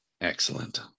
excellent